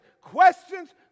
questions